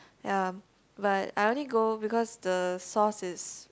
ya but I only go because the sauce is